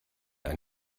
ein